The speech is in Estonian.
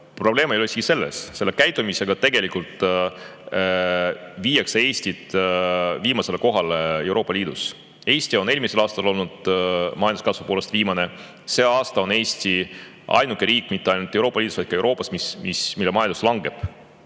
probleem ei ole isegi selles. Sellise käitumisega tegelikult viiakse Eesti viimasele kohale Euroopa Liidus. Eesti oli eelmisel aastal majanduskasvu poolest viimane. Sel aastal on Eesti ainuke riik mitte ainult Euroopa Liidus, vaid ka Euroopas, kelle majandus langeb.